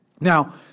Now